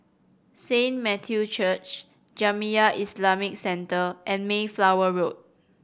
Saint Matthew's Church Jamiyah Islamic Centre and Mayflower Road